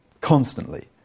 Constantly